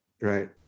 right